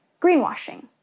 greenwashing